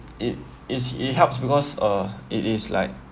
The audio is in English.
it is it helps because uh it is like